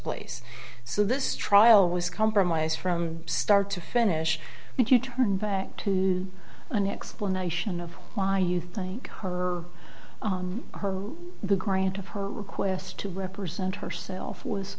place so this trial was compromised from start to finish and you turn back to an explanation of why you think her the grant of her request to represent herself was